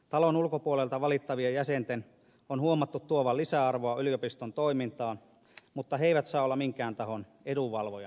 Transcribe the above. talon ulkopuolelta valittavien jäsenten on huomattu tuovan lisäarvoa yliopiston toimintaan mutta he eivät saa olla minkään tahon edunvalvojan asemassa